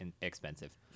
expensive